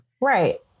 Right